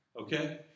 okay